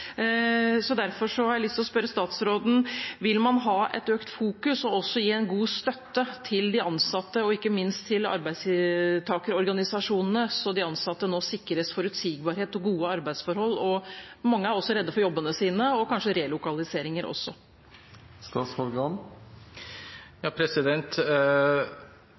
Derfor har jeg lyst til å spørre statsråden: Vil man ha et økt fokus på og også gi en god støtte til de ansatte og ikke minst til arbeidstakerorganisasjonene, slik at de ansatte nå sikres forutsigbarhet og gode arbeidsforhold? Mange er også redde for jobbene sine og kanskje også